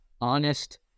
honest